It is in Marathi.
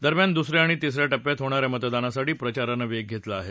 दरम्यान दुस या आणि तिस या टप्प्यात होणा या मतदानासाठी प्रचारानं वेग घेतला आहे